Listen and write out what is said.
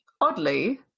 oddly